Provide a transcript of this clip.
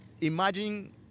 imagine